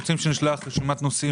שנשלח רשימת נושאים